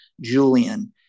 Julian